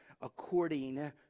According